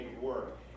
work